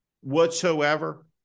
whatsoever